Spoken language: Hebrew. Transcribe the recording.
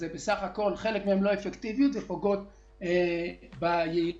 חלק מהן לא אפקטיביות ופוגעות ביעילות,